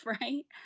right